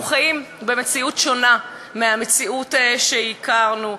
אנחנו חיים במציאות שונה מהמציאות שהכרנו,